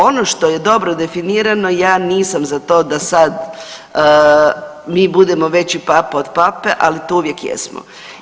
Ono što je dobro definirano ja nisam za to da sad mi budemo veći papa od pape, ali to uvijek jesmo.